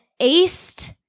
aced